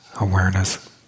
awareness